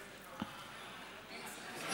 אין סיכוי.